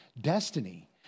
destiny